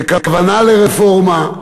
וכוונה לרפורמה,